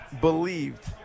believed